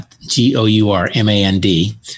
G-O-U-R-M-A-N-D